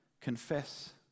confess